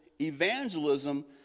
evangelism